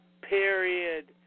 period